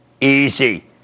Easy